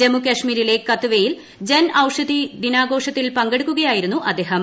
ജമ്മുകാശ്മീരിലെ കത്വയിൽ ജൻ ഔഷധി ദിനാഘോഷത്തിൽ പങ്കെടുക്കുകയായിരുന്നു അദ്ദേഹം